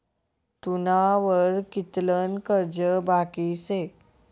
तुना वर कितलं कर्ज बाकी शे